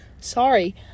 Sorry